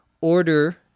order